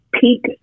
peak